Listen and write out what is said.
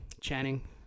Channing